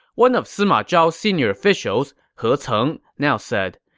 one of sima zhao's senior officials, he ceng, now said,